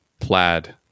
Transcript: Plaid